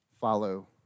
Follow